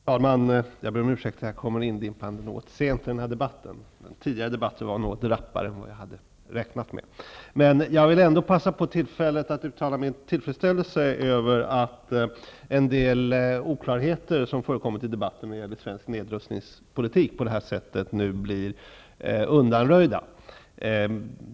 Fru talman! Jag ber om ursäkt för att jag kommer indimpande något sent till denna debatt. Den tidigare debatten var något raskare än vad jag hade räknat med. Jag vill passa på tillfället att uttala min tillfredsställelse över att en del oklarheter som har förekommit i debatten när det gäller svensk nedrustningspolitik nu blir undanröjda.